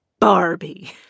Barbie